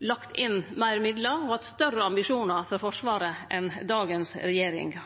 lagt inn meir midlar og hatt større ambisjonar for Forsvaret enn dagens regjering.